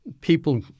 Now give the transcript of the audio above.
people